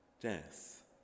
death